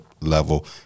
level